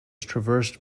traversed